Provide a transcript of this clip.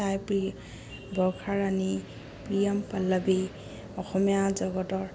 বৰ্ষা ৰাণী প্ৰিয়ম পল্লৱী অসমীয়া জগতৰ